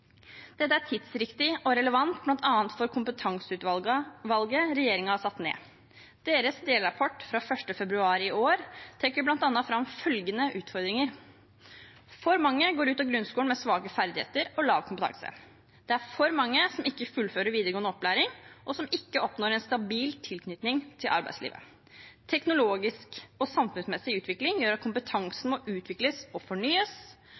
Dette er tidsriktig og relevant bl.a. for Kompetanseutvalget regjeringen har satt ned. Deres delrapport fra 1. februar i år trekker fram bl.a. følgende utfordringer: For mange går ut av grunnskolen med svake ferdigheter og lav kompetanse. Det er for mange som ikke fullfører videregående opplæring, og som ikke oppnår en stabil tilknytning til arbeidslivet. Teknologisk og samfunnsmessig utvikling gjør at kompetanse må utvikles og fornyes.